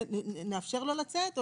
נאפשר לו לצאת,